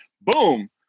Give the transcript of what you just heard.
Boom